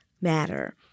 matter